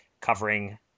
covering